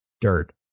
dirt